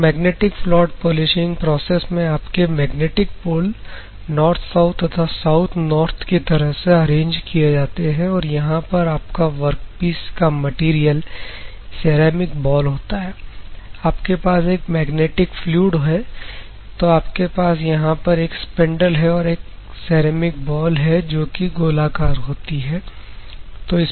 तो magnetic float polishing process में आपके मैग्नेटिक पोल नॉर्थ साउथ तथा साउथ नॉर्थ की तरह से अरेंज किए जाते हैं और यहां पर आपका वर्कपीस का मटेरियल सेरेमिक बॉल होता है आपके पास एक मैग्नेटिक फ्लूड है तो आप के पास यहां पर एक स्पिंडल है और सेरेमिक बोल है जो कि गोलाकार होती है